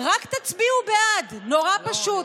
רק תצביעו בעד, נורא פשוט.